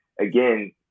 again